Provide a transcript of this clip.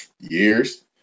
years